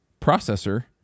processor